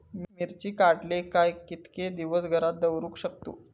मिर्ची काडले काय कीतके दिवस घरात दवरुक शकतू?